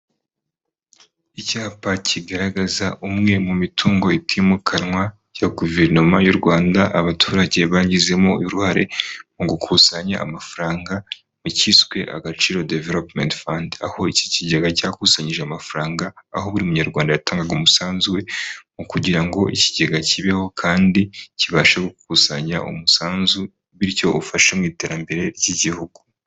Icyapa kigaragaza umwe mu mitungo itimukanwa ya guverinoma y'u Rwanda abaturage bagizemo uruhare mu gukusanya amafaranga mukiswe agaciro development fund aho iki kigega cyakusanyije amafaranga aho buri munyarwanda yatangaga umusanzu we mu kugira ngo ikigega kibeho kandi kibashe gukusanya umusanzu bityo ufashe mu iterambere ry'igihugu.